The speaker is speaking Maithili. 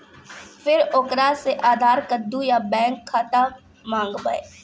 फिर ओकरा से आधार कद्दू या बैंक खाता माँगबै?